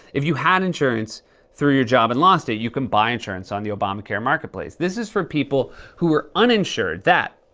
if you had insurance through your job and lost it, you can buy insurance on the obamacare marketplace. this is for people who are uninsured that,